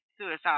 suicide